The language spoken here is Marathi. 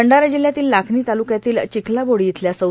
भंडारा जिल्ह्यातील लाखनी तालुक्यातील ांचखलाबोडी इथल्या सौं